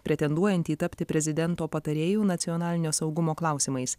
pretenduojantį tapti prezidento patarėju nacionalinio saugumo klausimais